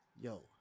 Yo